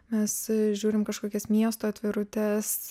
mes žiūrim kažkokias miesto atvirutes